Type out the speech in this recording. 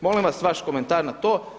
Molim vas vaš komentar na to.